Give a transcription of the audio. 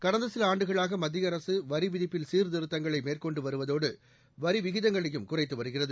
கடந்த சில ஆண்டுகளாக மத்திய அரசு வரிவிதிப்பில் சீர்திருத்தங்களை மேற்கொண்டு வருவதோடு வரி விகிதங்களையும் குறைத்து வருகிறது